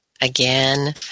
again